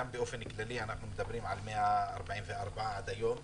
גם באופן כללי אנחנו מדברים על 144 עד היום,